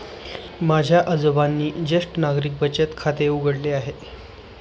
माझ्या आजोबांनी ज्येष्ठ नागरिक बचत खाते उघडले आहे